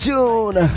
June